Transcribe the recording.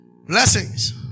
Blessings